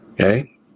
Okay